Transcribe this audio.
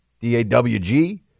d-a-w-g